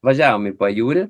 važiavom į pajūrį